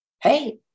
hey